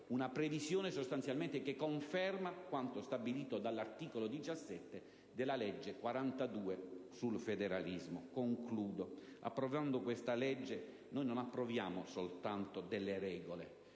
Una previsione che sostanzialmente conferma quanto stabilito dall'articolo 17 della legge n. 42 del 2009 sul federalismo. Approvando questo testo noi non approviamo soltanto delle regole,